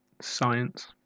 Science